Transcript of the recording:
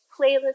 playlist